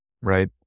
right